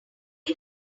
had